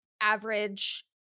average